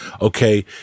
Okay